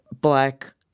black